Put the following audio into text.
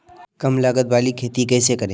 कम लागत वाली खेती कैसे करें?